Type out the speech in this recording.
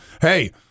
Hey